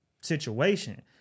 situation